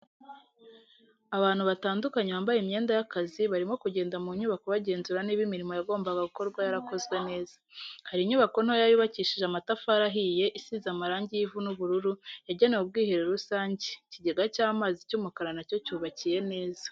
Abantu batandukanye bambaye imyenda y'akazi barimo kugenda mu nyubako bagenzura niba imirimo yagombaga gukorwa yarakozwe neza, hari inyubako ntoya yubakishije amatafari ahiye isize amarangi y'ivu n'ubururu yagenewe ubwiherero rusange ikigega cy'amazi cy'umukara nacyo cyubakiye neza.